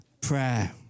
prayer